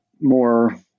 more